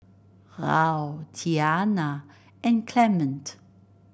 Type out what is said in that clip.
Raul Tianna and Clement